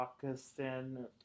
Pakistan